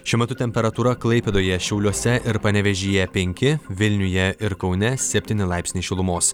šiuo metu temperatūra klaipėdoje šiauliuose ir panevėžyje penki vilniuje ir kaune septyni laipsniai šilumos